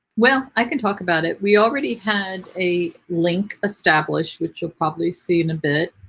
well i can talk about it we already had a link established which we'll probably see in a bit